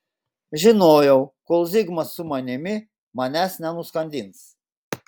žinojau kol zigmas su manimi manęs nenuskandins